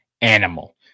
animal